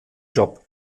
job